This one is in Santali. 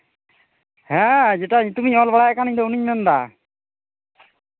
ᱦᱮᱸ ᱡᱮᱴᱟ ᱧᱩᱛᱩᱢᱤᱧ ᱚᱞ ᱵᱟᱲᱟᱭᱮᱫ ᱠᱟᱱ ᱤᱧᱫᱚ ᱩᱱᱤᱧ ᱢᱮᱱᱫᱟ